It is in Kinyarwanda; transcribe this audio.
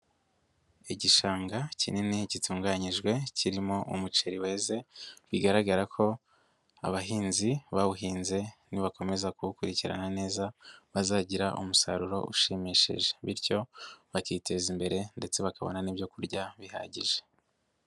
Igishanga kinini gitunganyijwe kirimo umuceri weze, bigaragara ko abahinzi bawuhinze nibakomeza kuwukurikirana neza, bazagira umusaruro ushimishije bityo bakiteza imbere ndetse bakabona n'ibyo kurya bihagije.